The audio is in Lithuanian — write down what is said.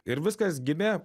ir viskas gimė